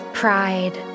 pride